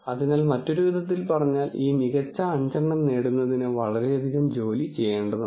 അതിനാൽ മറ്റൊരു വിധത്തിൽ പറഞ്ഞാൽ ഈ മികച്ച 5 എണ്ണം നേടുന്നതിന് വളരെയധികം ജോലി ചെയ്യേണ്ടതുണ്ട്